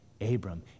Abram